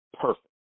perfect